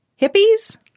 hippies